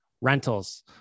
rentals